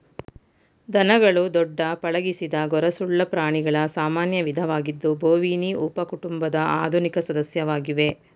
ದನಗಳು ದೊಡ್ಡ ಪಳಗಿಸಿದ ಗೊರಸುಳ್ಳ ಪ್ರಾಣಿಗಳ ಸಾಮಾನ್ಯ ವಿಧವಾಗಿದ್ದು ಬೋವಿನಿ ಉಪಕುಟುಂಬದ ಆಧುನಿಕ ಸದಸ್ಯವಾಗಿವೆ